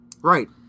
right